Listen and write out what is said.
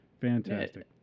Fantastic